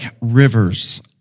rivers